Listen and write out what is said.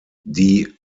die